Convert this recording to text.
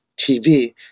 TV